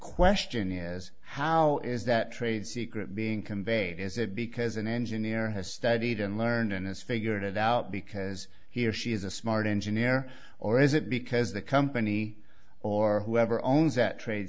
question is how is that trade secret being conveyed is it because an engineer has studied and learned and has figured it out because he or she is a smart engineer or is it because the company or whoever owns that trade